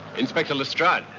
inspector lestrade.